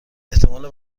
احتمال